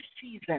season